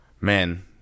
man